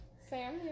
Sam